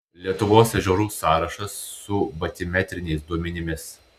lietuvos ežerų sąrašas su batimetriniais duomenimis